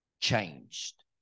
changed